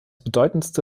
bedeutendste